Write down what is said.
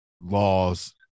laws